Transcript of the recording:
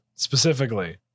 Specifically